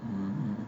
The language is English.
mmhmm